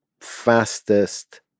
fastest